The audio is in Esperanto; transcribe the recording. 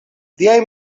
liaj